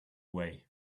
way